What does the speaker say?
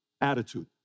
Attitude